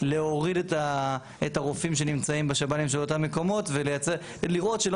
להוריד את הרופאים שנמצאים בשב"נים של אותם מקומות ולראות שלא